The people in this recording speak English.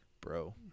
bro